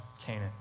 Canaan